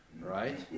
right